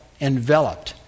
enveloped